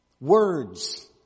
words